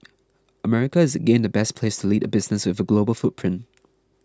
America is again the best place to lead a business with a global footprint